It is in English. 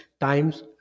times